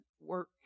work